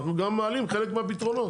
אנחנו גם מעלים חלק מהפתרונות.